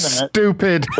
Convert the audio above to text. stupid